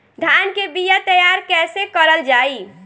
धान के बीया तैयार कैसे करल जाई?